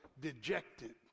dejected